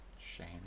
shame